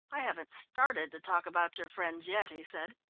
i haven't started to talk about your friends yet, he said.